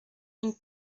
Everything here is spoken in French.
une